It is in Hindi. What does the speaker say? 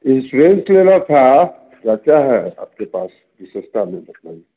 इन्सुरेंस लेना था क्या क्या है आपके पास जो सस्ता में बतलाइए